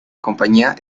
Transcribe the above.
compañía